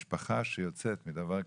משפחה שיוצאת מדבר כזה,